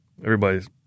everybody's